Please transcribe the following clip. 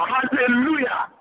Hallelujah